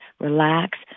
relax